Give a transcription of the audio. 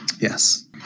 Yes